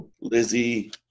Lizzie